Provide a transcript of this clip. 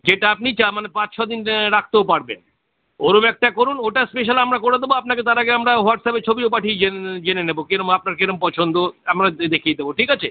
যেটা আপনি চা মানে পাঁচ ছ দিন রাখতেও পারবেন ওরম একটা করুন ওটা স্পেশাল আমরা করে দেবো আপনাকে তার আগে আমরা হোয়াটসঅ্যাপে ছবিও পাঠিয়ে যে জেনে নেবো কিরকম আপনার কিরকম পছন্দ আমরা দে দেখিয়ে দেবো ঠিক আছে